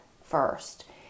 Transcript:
first